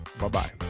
bye-bye